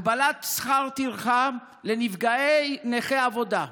הגבלת שכר טרחה לנפגעי נכי עבודה,